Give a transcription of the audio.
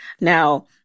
Now